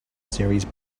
series